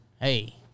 Hey